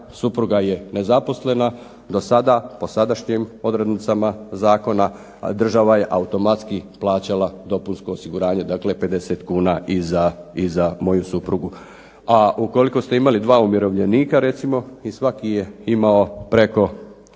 supruga je nezaposlena za sada, po sadašnjem odrednicama zakona država je automatski plaćala dopunsko osiguranje, dakle 50 kuna i za moju suprugu. A ukoliko ste imali dva umirovljenika recimo i svaki je imao preko